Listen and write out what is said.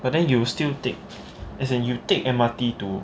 but then you still take as in you take M_R_T to